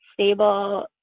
stable